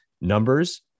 numbers